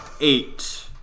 Eight